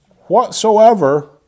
Whatsoever